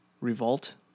revolt